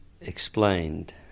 explained